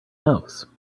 house